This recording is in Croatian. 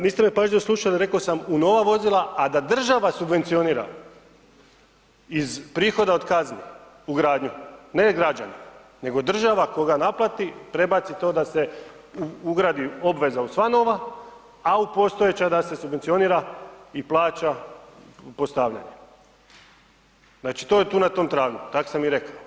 Niste me pažljivo slušali, reko sam u nova vozila, a da država subvencionira iz prihoda od kazni, ugradnju, ne građani, nego država koga naplati, prebaci to da se ugradi obveza u sva nova, a u postojeća da se subvencionira i plaća postavljanje, znači to je tu na tom tragu, tako sam i rekao.